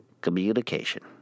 Communication